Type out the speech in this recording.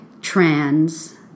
trans